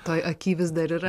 toj aky vis dar yra